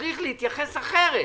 צריך להתייחס אחרת,